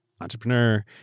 entrepreneur